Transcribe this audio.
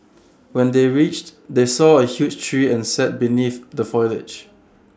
when they reached they saw A huge tree and sat beneath the foliage